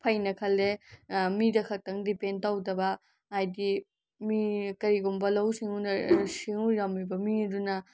ꯐꯩꯅ ꯈꯜꯂꯦ ꯃꯤꯗ ꯈꯛꯇꯪ ꯗꯤꯄꯦꯟ ꯇꯧꯗꯕ ꯍꯥꯏꯗꯤ ꯃꯤ ꯀꯔꯤꯒꯨꯝꯕ ꯂꯧꯎ ꯁꯤꯡꯎꯅ ꯁꯤꯡꯎꯔꯝꯃꯤꯕ ꯃꯤ ꯑꯗꯨꯅ